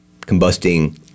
combusting